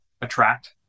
attract